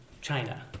China